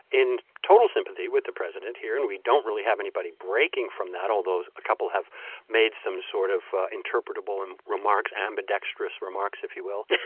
in total sympathy with the president here. and we don't really have anybody breaking from that, although a couple have made some sort of interpretable and remarks ambidextrous remarks, if you will